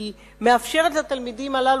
כי היא מאפשרת לתלמידים הללו,